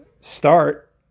Start